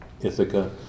Ithaca